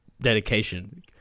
dedication